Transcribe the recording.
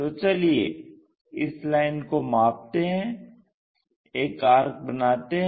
तो चलिए इस लाइन को मापते हैं एक आर्क बनाते हैं